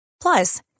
Plus